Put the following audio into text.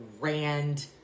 grand